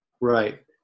Right